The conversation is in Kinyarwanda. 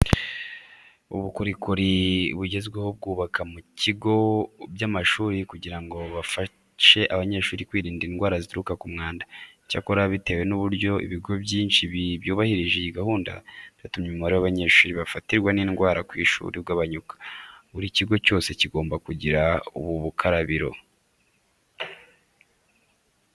Ubukarabiro bugezweho bwubakwa ku bigo by'amashuri kugira ngo bufashe abanyeshuri kwirinda indwara zituruka ku mwanda. Icyakora bitewe n'uburyo ibigo byinshi byubahirije iyi gahunda, byatumye umubare w'abanyeshuri bafatirwa n'indwara ku ishuri ugabanyuka. Buri kigo cyose kigomba kugira ubu bukarabiro.